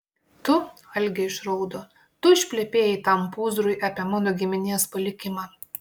tu algė išraudo tu išplepėjai tam pūzrui apie mano giminės palikimą